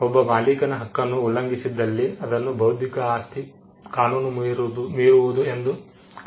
ಒಬ್ಬ ಮಾಲೀಕನ ಹಕ್ಕನ್ನು ಉಲ್ಲಂಘಿಸಿದಲ್ಲಿ ಅದನ್ನು ಬೌದ್ಧಿಕ ಆಸ್ತಿ ಕಾನೂನು ಮೀರುವುದು ಎಂದು ಕರೆಯಲಾಗುತ್ತದೆ